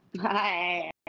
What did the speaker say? Hi